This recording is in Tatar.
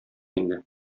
инде